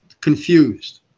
confused